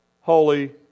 Holy